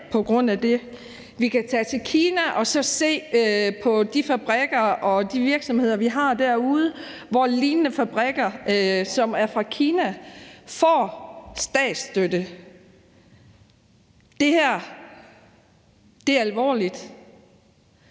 Vi kan kigge til Kina og se på de fabrikker og de virksomheder, vi har derude, hvor lignende fabrikker, som er fra Kina, får statsstøtte. Det her er alvorligt.